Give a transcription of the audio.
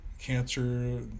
cancer